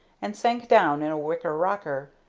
and sank down in a wicker rocker,